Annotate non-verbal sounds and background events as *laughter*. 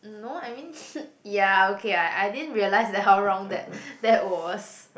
no I mean *laughs* ya okay I I didn't realise that how wrong that that was